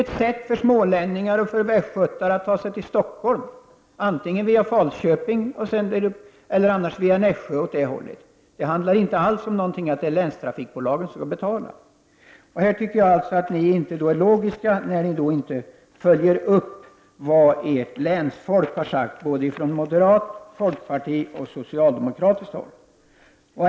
Den innebär att smålänningar och västgötar kan ta sig till Stockholm antingen via Falköping eller via Nässjö. Det handlar inte alls om att länstrafikbolagen skall betala. Här tycker jag alltså att ni inte är logiska när ni inte följer upp vad ert länsfolk har sagt från både moderat, folkpartistiskt och socialdemokratiskt håll.